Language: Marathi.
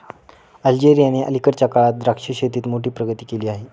अल्जेरियाने अलीकडच्या काळात द्राक्ष शेतीत मोठी प्रगती केली आहे